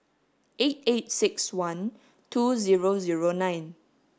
eight eight six one two zero zero nine